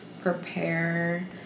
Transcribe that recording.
prepare